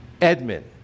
Edmund